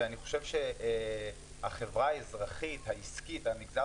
ואני חושב שהחברה האזרחית-העסקית במגזר